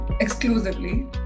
exclusively